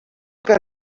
que